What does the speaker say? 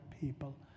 people